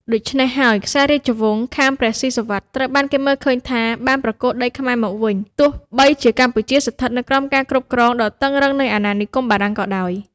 ដូច្នេះហើយ ខ្សែរាជវង្សខាងព្រះស៊ីសុវត្ថិត្រូវបានគេមើលឃើញថា បានប្រគល់ដីខ្មែរមកវិញ ទោះបីជាកម្ពុជាស្ថិតនៅក្រោមការគ្រប់គ្រងដ៏តឹងរ៉ឹងនៃអាណានិគមបារាំងក៏ដោយ។